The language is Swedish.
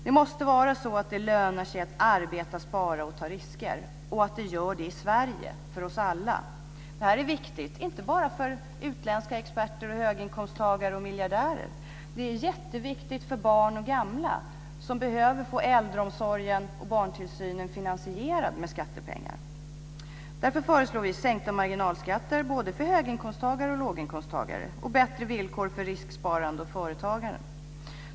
Det måste löna sig att arbeta, spara och ta risker. Så måste vara fallet i Sverige, för oss alla. Det är viktigt inte bara för utländska experter, höginkomsttagare och miljardärer. Det är också viktigt för barn och gamla, som behöver få äldreomsorg och barntillsyn finansierad med skattepengar. Därför föreslår vi sänkta marginalskatter både för höginkomsttagare och låginkomsttagare samt bättre villkor för risksparande och företagande.